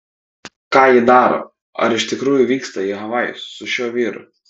ką ji daro ar iš tikrųjų vyksta į havajus su šiuo vyru